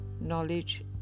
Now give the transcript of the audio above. knowledge